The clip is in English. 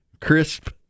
crisp